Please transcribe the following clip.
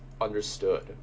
understood